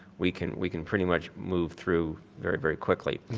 we can we can pretty much move through very, very quickly,